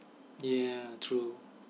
yeah true